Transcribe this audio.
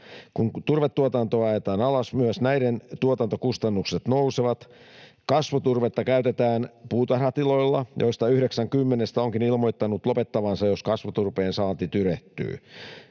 Kun turvetuotantoa ajetaan alas, myös näiden tuotantokustannukset nousevat. Kasvuturvetta käytetään puutarhatiloilla, joista yhdeksän kymmenestä onkin ilmoittanut lopettavansa, jos kasvuturpeen saanti tyrehtyy;